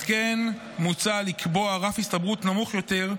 על כן, מוצע לקבוע רף הסתברות נמוך יותר,